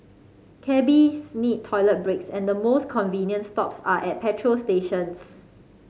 cabbies need toilet breaks and the most convenient stops are at petrol stations